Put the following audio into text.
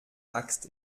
axt